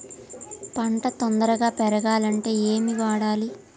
పంట తొందరగా పెరగాలంటే ఏమి వాడాలి?